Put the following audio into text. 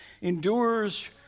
endures